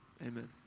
Amen